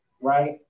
right